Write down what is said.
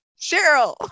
Cheryl